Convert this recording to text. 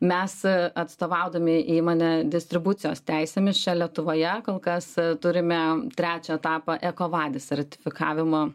mes atstovaudami įmonę distribucijos teisėmis čia lietuvoje kol kas turime trečią etapą ekovadis ratifikavimo